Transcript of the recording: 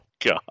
God